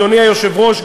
אדוני היושב-ראש,